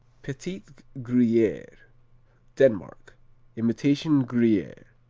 petit gruyere denmark imitation gruyere,